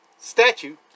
Statue